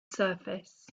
surface